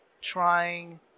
trying